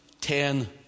ten